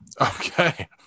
Okay